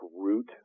root